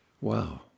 wow